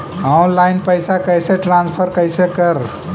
Online पैसा कैसे transfer कैसे कर?